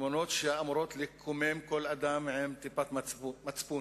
תמונות שאמורות לקומם כל אדם עם טיפת מצפון,